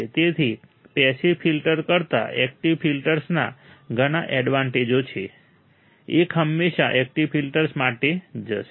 તેથી passive filters કરતાં active ફિલ્ટર્સના ઘણા એડવાન્ટેજો છે એક હંમેશા એકટીવ ફિલ્ટર માટે જશે